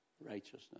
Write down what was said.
righteousness